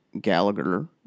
Gallagher